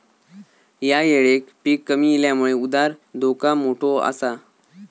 ह्या येळेक पीक कमी इल्यामुळे उधार धोका मोठो आसा